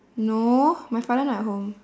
no my father not at home